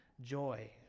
joy